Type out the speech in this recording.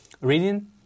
reading